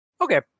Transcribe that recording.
Okay